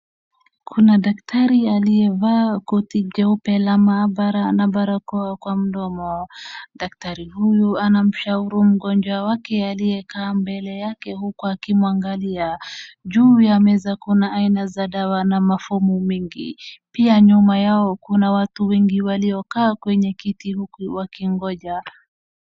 Kuna daktari aliyevaa koti jeupe la maabara na barakoa kwa mdomo. Daktari huyu anamshauri mgonjwa wake aliyekaa mbele yake huku akiwangalia. Juu ya meza kuna aina za dawa na mafomu mengi. Pia nyuma yao kuna watu wengi waiokaa kwenye kiti huku wakingoja.